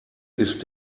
ist